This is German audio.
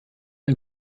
ein